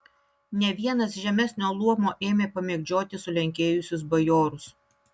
ne vienas žemesnio luomo ėmė pamėgdžioti sulenkėjusius bajorus